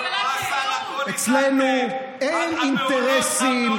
אצלנו אין אינטרסים.